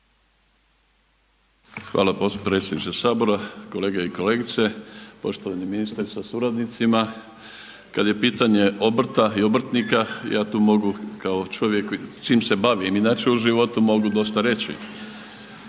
Hvala potpredsjedniče Sabora. Kolege i kolegice. Poštovani ministre sa suradnicima. Kad je pitanje obrta i obrtnika, ja tu mogu kao čovjek s čim se bavim inače u životu, mogu dosta reći.